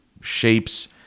shapes